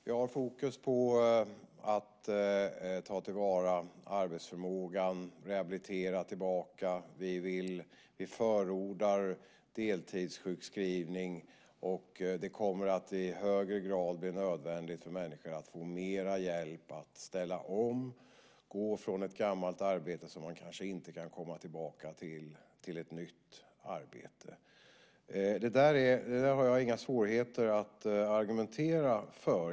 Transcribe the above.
Jag har fokus på att ta till vara arbetsförmågan, rehabilitera tillbaka. Vi förordar deltidssjukskrivning, och det kommer att i högre grad bli nödvändigt för människor att få mer hjälp att ställa om, gå från ett gammalt arbete, som man kanske inte kan komma tillbaka till, till ett nytt arbete. Det där har jag inga svårigheter att argumentera för.